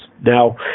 Now